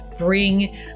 bring